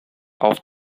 auf